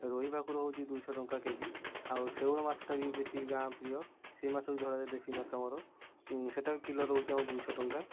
ରୋହି ଭାକୁର ହେଉଛି ଦୁଇ ଶହ ଟଙ୍କା କେଜି ଆଉ ଶେଉଳ ମାଛ ଟା ବି ବେଶୀ ଗାଁ ପ୍ରିୟ ସେହି ମାଛ ବି ଧରା ଯାଇଥାଏ ଦେଶୀ ମାଛ ଆମର ସେଟା ବି କିଲୋ ରହୁଛି ଆମର ଦୁଇ ଶହ ଟଙ୍କା